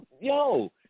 yo